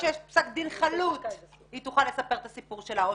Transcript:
רק כשיש פסק דין חלוט היא תוכל לספר את הסיפור שלה.